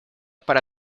para